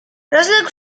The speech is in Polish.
rozległ